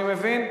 אני מבין,